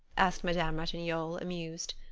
asked madame ratignolle, amused.